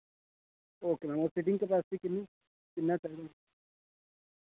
okay ma'am होर seating capacity किन्नी